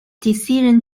decision